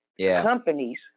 companies